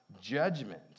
judgment